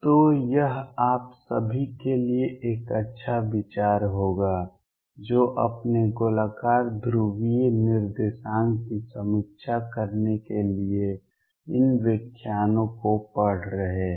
तो यह आप सभी के लिए एक अच्छा विचार होगा जो अपने गोलाकार ध्रुवीय निर्देशांक की समीक्षा करने के लिए इन व्याख्यानों को पढ़ रहे हैं